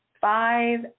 Five